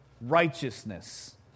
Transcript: Righteousness